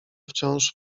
wciąż